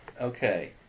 okay